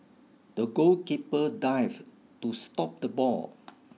the goalkeeper dived to stop the ball